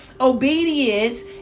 Obedience